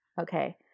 okay